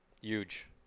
Huge